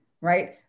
right